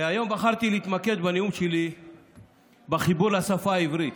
היום בחרתי להתמקד בנאום שלי בחיבור לשפה העברית.